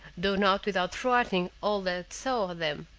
though not without frightening all that saw them,